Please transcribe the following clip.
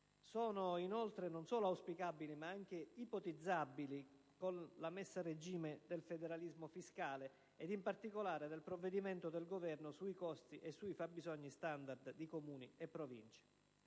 sono inoltre non solo auspicabili ma anche ipotizzabili con la messa a regime del federalismo fiscale, e in particolare del provvedimento del Governo sui costi e sui fabbisogni standard di Comuni e Province.